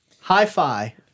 Hi-fi